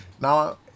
Now